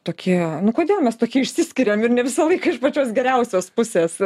tokie nu kodėl mes tokie išsiskiriam ir ne visą laiką iš pačios geriausios pusės